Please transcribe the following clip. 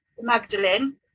magdalene